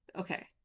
Okay